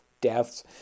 deaths